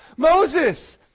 Moses